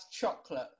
chocolate